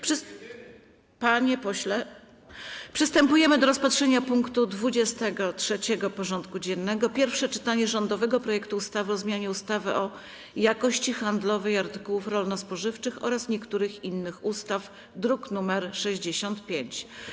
Przystępujemy do rozpatrzenia punktu 23. porządku dziennego: Pierwsze czytanie rządowego projektu ustawy o zmianie ustawy o jakości handlowej artykułów rolno-spożywczych oraz niektórych innych ustaw (druk nr 65)